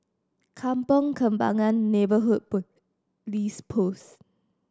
Kampong Kembangan Neighbourhood Post